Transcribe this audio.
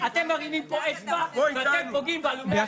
אתם מרימים פה אצבע ואתם פוגעים בהלומי הקרב.